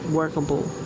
workable